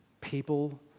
people